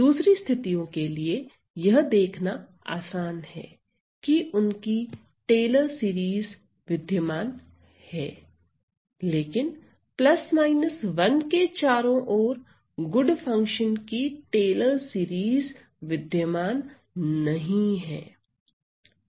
दूसरी स्थितियों के लिए यह देखना आसान है कि उनकी टेलर सीरीज विद्यमान है लेकिन 1 के चारों ओर गुड फंक्शन की टेलर सीरीज विद्यमान नहीं है